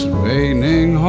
raining